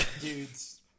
dudes